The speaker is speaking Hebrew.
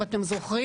אם אתם זוכרים,